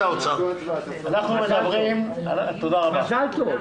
מזל טוב.